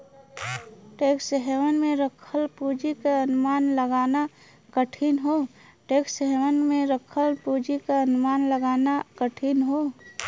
tax haven में रखल पूंजी क अनुमान लगाना कठिन हौ